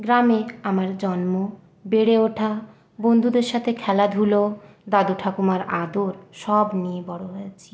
গ্রামে আমার জন্ম বেড়ে ওঠা বন্ধুদের সাথে খেলাধুলো দাদু ঠাকুমার আদর সব নিয়ে বড়ো হয়েছি